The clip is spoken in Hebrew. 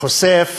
חושף